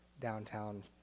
downtown